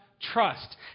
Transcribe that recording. trust